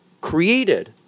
created